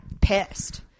pissed